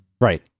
Right